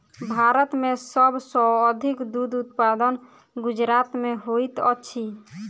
भारत में सब सॅ अधिक दूध उत्पादन गुजरात में होइत अछि